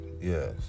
Yes